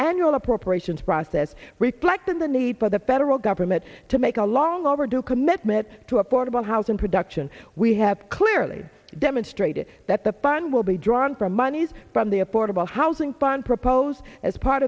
annual appropriations process reply to the need for the federal government to make a long overdue commitment to affordable housing production we have clearly demonstrated that the plan will be drawn from monies from the affordable housing plan proposed as part